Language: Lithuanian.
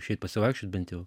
išeit pasivaikščiot bent jau